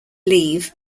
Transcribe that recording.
leave